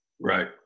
right